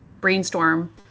brainstorm